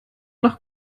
nach